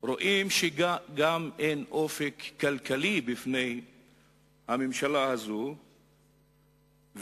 רואים שאין גם אופק כלכלי בפני הממשלה הזאת,